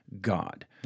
God